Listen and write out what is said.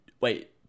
wait